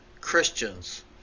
Christians